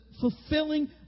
fulfilling